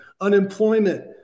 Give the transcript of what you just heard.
Unemployment